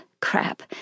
Crap